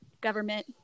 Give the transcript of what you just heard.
government